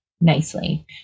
nicely